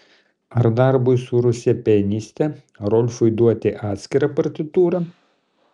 ar darbui su ruse pianiste rolfui duoti atskirą partitūrą